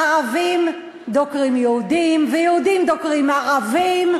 ערבים דוקרים יהודים ויהודים דוקרים ערבים.